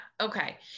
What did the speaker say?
Okay